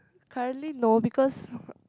currently no because